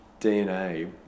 DNA